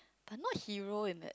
but not hero in that